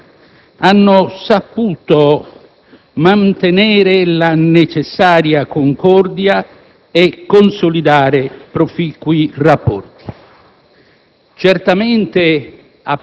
Italia e Libia hanno saputo mantenere la necessaria concordia e consolidare proficui rapporti.